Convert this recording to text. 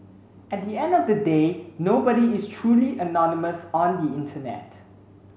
at the end of the day nobody is truly anonymous on the internet